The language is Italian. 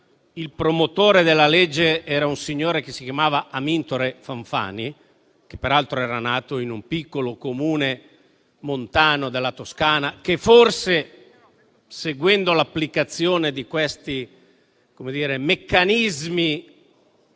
cui promotore era un signore che si chiamava Amintore Fanfani, che peraltro era nato in un piccolo Comune montano della Toscana e che forse, seguendo l'applicazione dei meccanismi